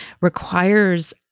requires